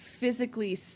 Physically